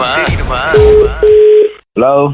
Hello